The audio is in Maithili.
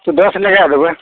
तऽ दश लगाए देबै